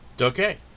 Okay